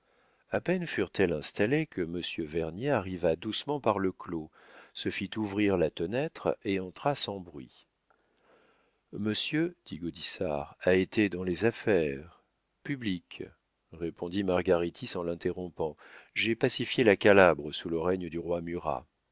a peine furent-elles installées que monsieur vernier arriva doucement par le clos se fit ouvrir la fenêtre et entra sans bruit monsieur dit gaudissart a été dans les affaires publiques répondit margaritis en l'interrompant j'ai pacifié la calabre sous le règne du roi murat